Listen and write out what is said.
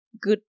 good